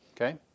Okay